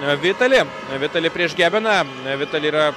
vitali vitali prieš gebeną vitali yra